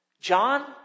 John